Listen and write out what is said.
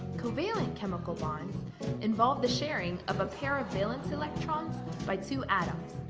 covalent chemical bonds involve the sharing of a pair of valence electrons by two atoms.